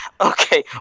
Okay